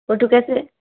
photo कैसे